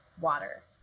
water